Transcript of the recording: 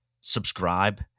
subscribe